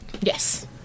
Yes